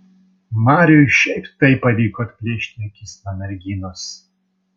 mariui šiaip taip pavyko atplėšti akis nuo merginos